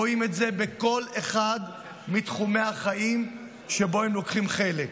רואים את זה בכל אחד מתחומי החיים שבו הם לוקחים חלק.